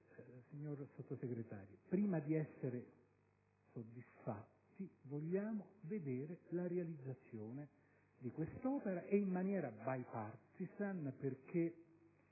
signor Sottosegretario, prima di dichiararci soddisfatti vogliamo vedere la realizzazione di quest'opera, e in maniera *bipartisan*: